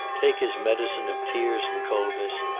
take his medicine of tears and coldness,